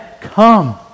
come